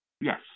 yes